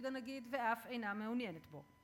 לתפקיד הנגיד ואף אינה מעוניינת בו.